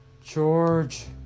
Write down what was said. George